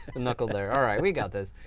knuckle there. alright. we got this.